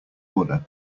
order